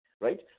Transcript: Right